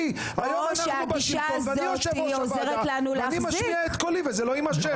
אני יושב ראש הוועדה ואני משמיע את קולי וזה לא ימשך.